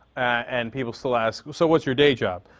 and people still ask, so what's your day job?